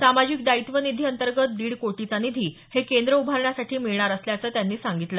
सामाजिक दायित्व निधी अंतर्गत दीड कोटीचा निधी हे केंद्र उभारण्यासाठी मिळणार असल्याचं त्यांनी सांगितलं